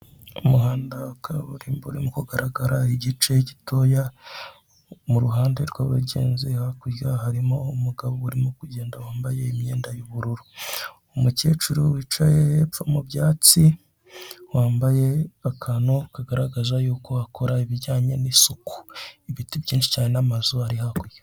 Umuhanda wa kaburimbo urimo kugaragara igice gitoya, mu ruhande rw'abagenzi hakurya harimo umugabo urimo kugenda wambaye imyenda y'ubururu. Umukecuru wicaye hepfo mu byatsi, wambaye akantu kagaragaza yuko akora ibijyanye n'isuku. Ibiti byinshi cyane n'amazu ari hakurya.